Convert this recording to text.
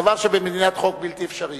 דבר שבמדינת חוק הוא בלתי אפשרי.